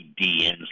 DNs